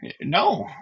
No